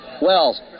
Wells